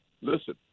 listen